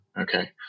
Okay